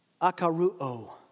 Akaruo